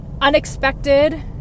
unexpected